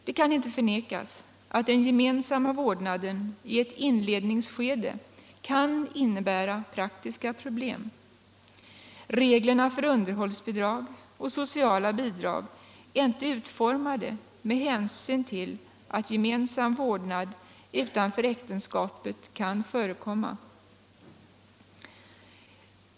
Det kan inte förnekas att den gemensamma vårdnaden i ett inledningsskede kan innebära praktiska problem. Reglerna för underhållsbidrag och sociala bidrag är inte utformade med hänsyn till att gemensam vårdnad utanför äktenskapet kan förekomma.